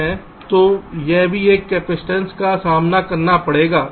तो यह भी एक कैपेसिटेंस का सामना करना पड़ेगा